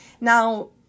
Now